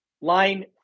Line